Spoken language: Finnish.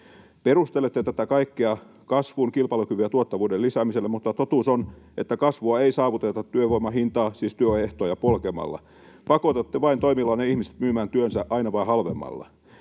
Perustelette tätä kaikkea kasvun, kilpailukyvyn ja tuottavuuden lisäämisellä, mutta totuus on, että kasvua ei saavuteta työvoiman hintaa, siis työehtoja, polkemalla. Pakotatte vain toimillanne ihmiset myymään työnsä aina vain halvemmalla.